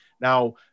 Now